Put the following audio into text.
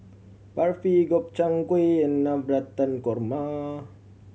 Barfi Gobchang Gui and Navratan Korma